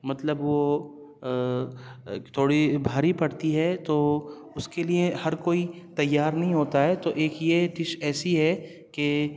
مطلب وہ تھوڑی بھاری پڑتی ہے تو اس کے لیے ہر کوئی تیار نہیں ہوتا ہے تو ایک یہ ڈش ایسی ہے کہ